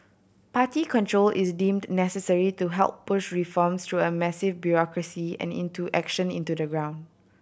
party control is deemed necessary to help push reforms through a massive bureaucracy and into action into the ground